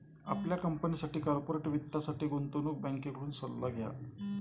आपल्या कंपनीसाठी कॉर्पोरेट वित्तासाठी गुंतवणूक बँकेकडून सल्ला घ्या